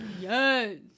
Yes